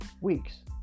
weeks